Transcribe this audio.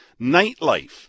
Nightlife